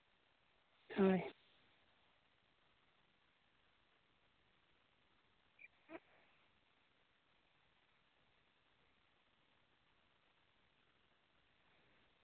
ᱦᱳᱭ